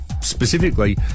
specifically